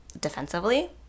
defensively